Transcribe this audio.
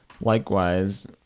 Likewise